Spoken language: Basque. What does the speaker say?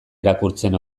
irakurtzen